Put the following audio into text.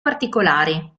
particolari